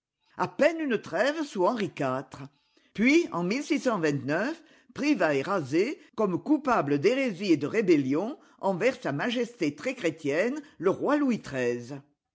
a peine une trêve sous henri iv puis en privas est rasée comme coupable d'hérésie et de rébellion envers sa majesté très chrétienne le roi louis